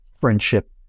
friendship